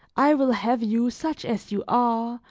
i will have you, such as you are,